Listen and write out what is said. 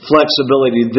Flexibility